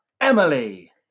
Emily